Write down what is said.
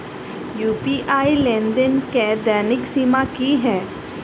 UPI लेनदेन केँ दैनिक सीमा की है?